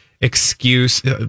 excuse